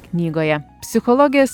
knygoje psichologės